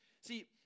See